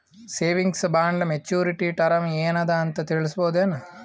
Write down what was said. Savings bond maturity term ಏನ ಅದ ಅಂತ ತಿಳಸಬಹುದೇನು?